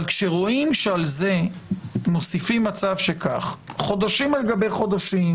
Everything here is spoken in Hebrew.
אבל רואים שעל זה מוסיפים מצב שחודשים על גבי חודשים